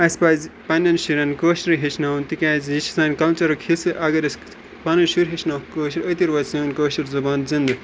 اَسہِ پَزِ پَننٮ۪ن شُرٮ۪ن کٲشرُے ہیٚچھناوُن تکیازِ یہِ چھِ سٲنۍ کَلچَرُک حِصہِ اَگَر أسۍ پَنٕنۍ شُرۍ ہیٚچھناووکھ کٲشُر أتی روزِ سٲنۍ کٲشِر زَبان زِندٕ